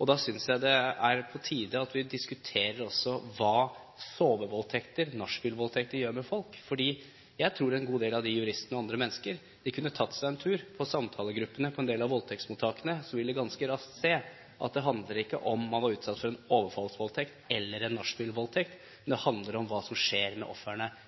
og da synes jeg det er på tide at vi også diskuterer hva «sovevoldtekter», nachspielvoldtekter, gjør med folk. Jeg tror en god del av de juristene, og andre mennesker, kunne tatt seg en tur på samtalegruppene på en del av voldtektsmottakene, og så ville de ganske raskt se at det ikke handler om man er blitt utsatt for en overfallsvoldtekt eller en